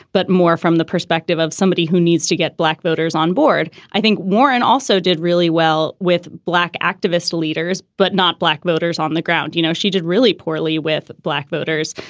but more from the perspective of somebody who needs to get black voters on board. i think warren also did really well with black activist leaders, but not black voters on the ground. you know, she did really poorly with black voters.